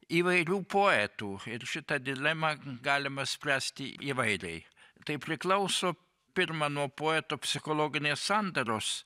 įvairių poetų ir šitą dilemą galima spręsti įvairiai tai priklauso pirma nuo poeto psichologinės sandaros